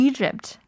Egypt